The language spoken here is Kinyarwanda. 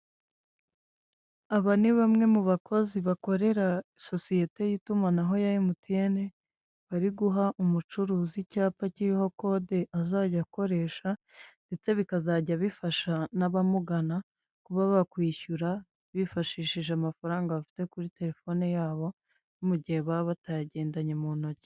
Aba ni bamwe mu bakozi bakorera sosiyete y'itumanaho ya emutiyene, bari guha umucuruzi icyapa kiriho kode azajya akoresha, ndetse bikazajya bifasha n'abamugana kuba bakwishyura bifashishije amafaranga bafite kuri telefone yabo, mu gihe baba batayagendanye mu ntoki.